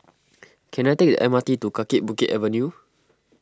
can I take the M R T to Kaki Bukit Avenue